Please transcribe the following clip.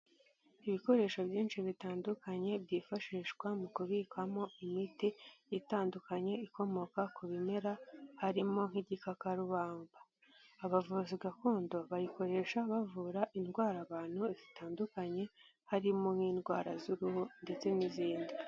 Ibikoresho byinshi bitandukanye byifashishwa mu kubikwamo imiti itandukanye ikomoka ku bimera, harimo nk'igikakarubamba. Abavuzi gakondo bayikoresha bavura indwara abantu zitandukanye, harimo: nk'indwara z'uruhu ndetse n'izindi.